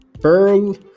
Pearl